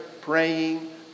praying